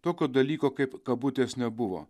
tokio dalyko kaip kabutės nebuvo